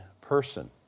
person